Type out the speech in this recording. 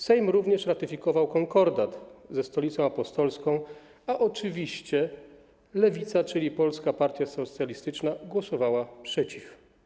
Sejm również ratyfikował konkordat ze Stolicą Apostolską, a oczywiście lewica, czyli Polska Partia Socjalistyczna, głosowała przeciw.